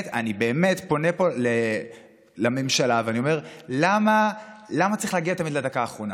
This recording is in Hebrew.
אני באמת פונה פה לממשלה ואומר: למה תמיד צריך להגיע עד לדקה האחרונה?